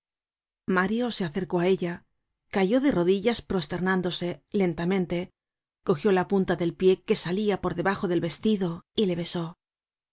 mario se acercó á ella cayó de rodillas prosternándose lentamente cogió la punta del pie que salia por debajo del vestido y le besó